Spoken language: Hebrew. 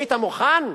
היית מוכן?